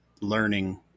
learning